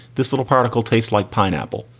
this little particle tastes like pineapple.